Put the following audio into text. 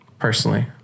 Personally